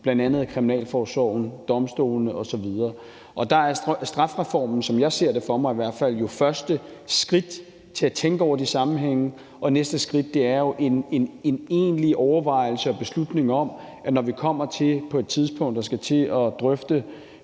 hensyn til kriminalforsorgen, domstolene osv. Der er strafreformen, som jeg ser det for mig, i hvert fald første skridt til at tænke over de sammenhænge, og det næste skridt er jo en egentlig overvejelse og beslutning om, at vi, når vi kommer til på et tidspunkt at skulle til at drøfte